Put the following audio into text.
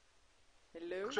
--- גב'